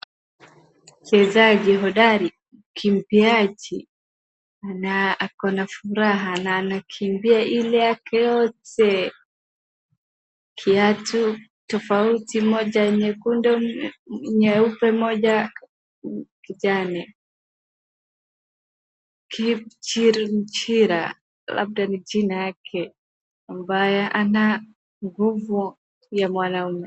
Mchezaji hodari, mkimbiaji. Ana, ako na furaha na anakimbia ile yake yote. Kiatu tofauti, moja nyekundu, nyeupe, moja kijani. Kipchirchir, labda ni jina yake, ambaye ana nguvu ya mwanaume.